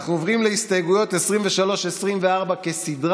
אתם זוכרים את המושג הזה של כצפצוף הזמיר